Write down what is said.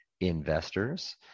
investors